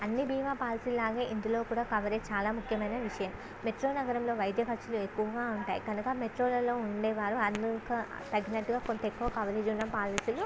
అన్ని భీమా పాలసీల లాగే ఇందులో కూడా కవరేజ్ చాలా ముఖ్యమైన విషయం మెట్రో నగరంలో వైద్య ఖర్చులు ఎక్కువగా ఉంటాయి కనుక మెట్రోలలో ఉండేవారు తగినట్టుగా కొంత ఎక్కువ కవరేజ్ ఉన్న పాలసీలో